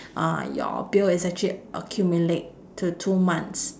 uh your bill is actually accumulate to two months